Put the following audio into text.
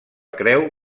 creu